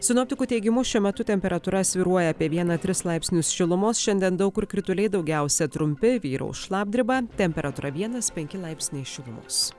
sinoptikų teigimu šiuo metu temperatūra svyruoja apie vieną tris laipsnius šilumos šiandien daug kur krituliai daugiausia trumpi vyraus šlapdriba temperatūra vienas penki laipsniai šilumos